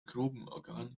grubenorgan